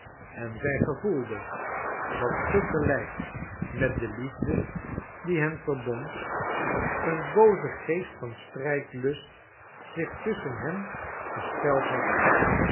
en zij gevoelde dat te gelijk met de liefde die hen verbond een booze geest van strijdlust zich tusschen hen gesteld had